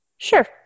Sure